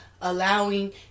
allowing